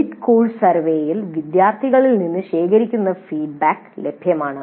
mid course സർവേയിൽ വിദ്യാർത്ഥികളിൽ നിന്ന് ശേഖരിക്കുന്ന ഫീഡ്ബാക്ക് ലഭ്യമാണ്